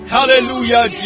Hallelujah